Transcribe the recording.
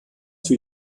für